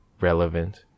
relevant